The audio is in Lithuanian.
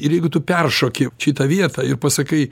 ir jeigu tu peršoki šitą vietą ir pasakai